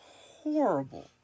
horrible